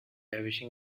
ravishing